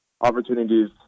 opportunities